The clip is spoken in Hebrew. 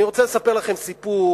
אני רוצה לספר לכם סיפור.